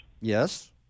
Yes